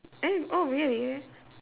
eh oh really